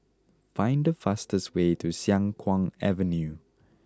find the fastest way to Siang Kuang Avenue